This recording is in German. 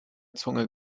zunge